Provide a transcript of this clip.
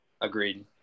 Agreed